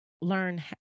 learn